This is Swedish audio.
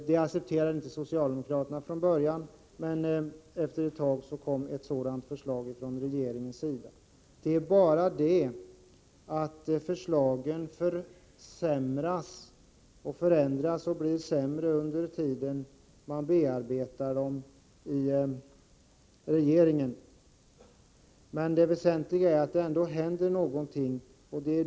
Socialdemokraterna accepterade inte vårt förslag, men efter ett tag kom ett sådant förslag från regeringen. Det är bara det att förslagen förändras och försämras under den tid de bearbetas i regeringen. Det väsentliga är att det ändå händer någonting.